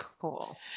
cool